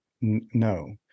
no